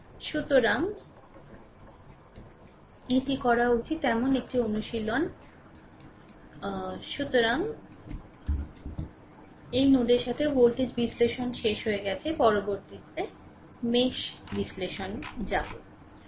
সুতরাং এটি করা উচিত এমন একটি অনুশীলন সুতরাং এই নোডের সাথে ভোল্টেজ বিশ্লেষণ শেষ হয়ে গেছে পরবর্তীটি মেশ বিশ্লেষণে যাবে